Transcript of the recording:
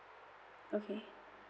okay